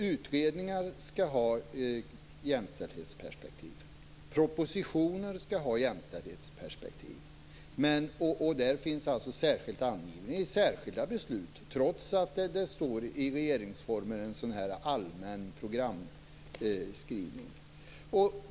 Utredningar och propositioner skall alltså ha jämställdhetsperspektiv, enligt vad som anges i särskilda beslut, trots att det finns en allmän programskrivning i regeringsformen.